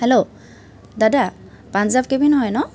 hello দাদা Punjab cabin হয় ন